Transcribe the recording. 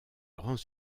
grands